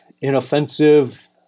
inoffensive